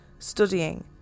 studying